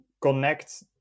connect